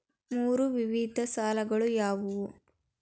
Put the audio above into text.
ಮೂರು ವಿಧದ ಸಾಲಗಳು ಯಾವುವು?